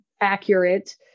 accurate